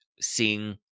seeing